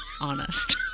honest